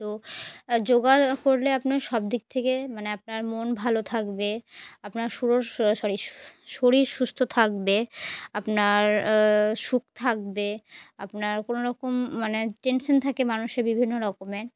তো যোগা করলে আপনার সব দিক থেকে মানে আপনার মন ভালো থাকবে আপনার সুর সরি শরীর সুস্থ থাকবে আপনার সুখ থাকবে আপনার কোনো রকম মানে টেনশান থাকে মানুষের বিভিন্ন রকমের